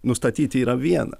nustatyti yra viena